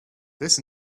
this